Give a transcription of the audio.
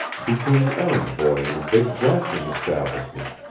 became errand boy in a big drafting establishment.